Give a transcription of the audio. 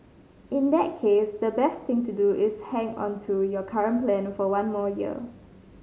in that case the best thing to do is to hang on to your current plan for one more year